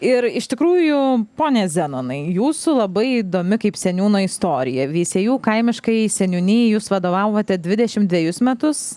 ir iš tikrųjų pone zenonai jūsų labai įdomi kaip seniūno istorija veisiejų kaimiškajai seniūnijai jūs vadovavote dvidešim dvejus metus